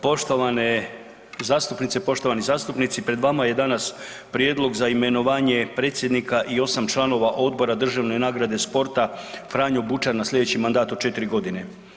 Poštovane zastupnice i poštovani zastupnici, pred vama je danas Prijedlog za imenovanje predsjednika i osam članova odbora državne nagrade sporta „Franjo Bučar“ na slijedeći mandat od 4 godine.